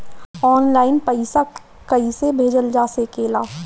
आन line पईसा कईसे भेजल जा सेकला?